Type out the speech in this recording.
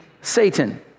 Satan